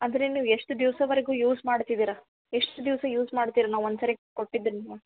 ಆದರೆ ನೀವು ಎಷ್ಟು ದಿವಸವರೆಗೂ ಯೂಸ್ ಮಾಡ್ತಿದ್ದೀರ ಎಷ್ಟು ದಿವಸ ಯೂಸ್ ಮಾಡ್ತೀರ ನಾವ್ ಒನ್ ಸರಿ ಕೊಟ್ಟಿದ್ದನ್ನು